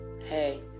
hey